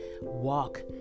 walk